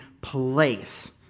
place